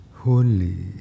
holy